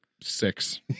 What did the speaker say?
six